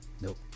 Nope